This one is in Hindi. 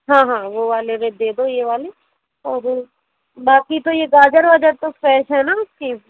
हाँ हाँ वो वाले दे दो ये वाले और बाकी तो ये गाजर वाजर तो फ्रेश है न